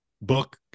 book